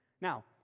Now